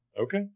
Okay